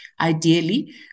ideally